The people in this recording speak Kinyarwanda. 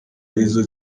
arizo